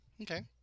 Okay